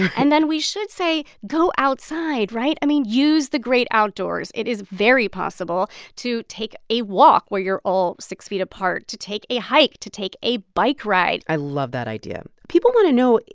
and then we should say, go outside, right? i mean, use the great outdoors. it is very possible to take a walk where you're all six feet apart, to take a hike, to take a bike ride i love that idea. people want to know,